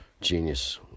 Genius